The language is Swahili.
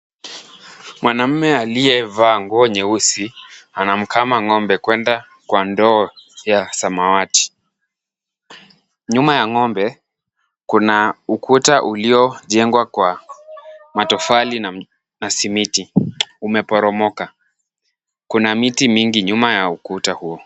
Mwanamme aliyevaa nguo nyeusi anamkama ng'ombe kwenda kwa ndoo ya samawati. Nyuma ya ng'ombe kuna ukuta uliojengwa kwa matofali na simiti umeporomoka. Kuna miti mingi nyuma ya ukuta huo.